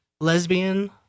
lesbian